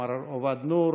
מר עובד נור,